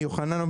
מיוחננוף,